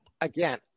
again